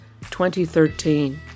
2013